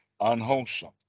unwholesome